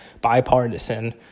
bipartisan